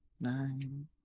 Nine